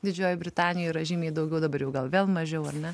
didžiojoj britanijoj yra žymiai daugiau dabar jau gal vėl mažiau ar ne